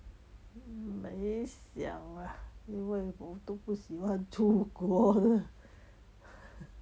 没想 lah 因为我都不喜欢出国的